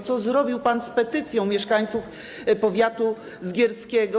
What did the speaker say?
Co zrobił pan z petycją mieszkańców powiatu zgierskiego?